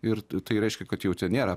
ir tai reiškia kad jau ten nėra